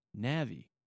Navi